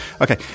Okay